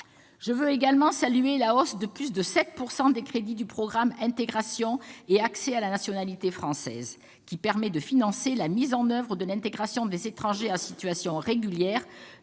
Je veux également saluer la hausse de plus de 7 % des crédits du programme 4, « Intégration et accès à la nationalité française », qui permet de financer la mise en oeuvre de l'intégration des étrangers en situation régulière,